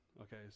okay